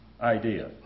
idea